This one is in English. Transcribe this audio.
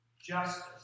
justice